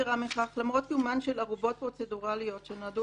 "יתרה מכך למרות קיומן של ערובות פרוצדורליות שנועדו